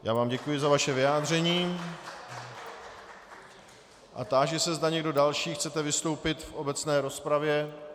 Já vám děkuji za vaše vyjádření a táži se, zda někdo další chcete vystoupit v obecné rozpravě.